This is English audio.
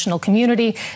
community